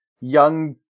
young